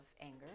anger